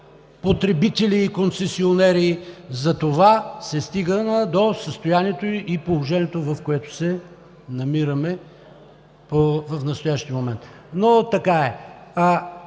потребители и концесионери, затова се стигна до състоянието и положението, в което се намираме в настоящия момент. Но така е.